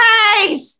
Guys